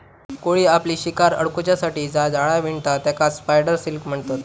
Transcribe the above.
कोळी आपली शिकार अडकुच्यासाठी जा जाळा विणता तेकाच स्पायडर सिल्क म्हणतत